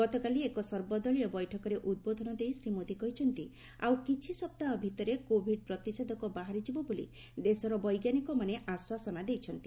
ଗତକାଲି ଏକ ସର୍ବଦଳୀୟ ବୈଠକରେ ଉଦ୍ବୋଧନ ଦେଇ ଶ୍ରୀ ମୋଦୀ କହିଛନ୍ତି ଆଉ କିଛି ସପ୍ତାହ ଭିତରେ କୋବିଡ୍ ପ୍ରତିଷେଧକ ବାହାରି ଯିବ ବୋଲି ଦେଶର ବୈଜ୍ଞାନିକମାନେ ଆଶ୍ୱାସନା ଦେଇଛନ୍ତି